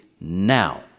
now